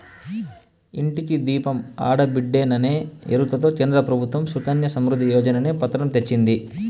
ఇంటికి దీపం ఆడబిడ్డేననే ఎరుకతో కేంద్ర ప్రభుత్వం సుకన్య సమృద్ధి యోజననే పతకం తెచ్చింది